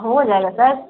हो जाएगा सर